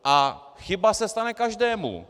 A chyba se stane každému.